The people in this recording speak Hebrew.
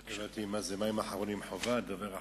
לא הבנתי, מה זה, מים אחרונים חובה, דובר אחרון?